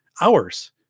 hours